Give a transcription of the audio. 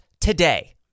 today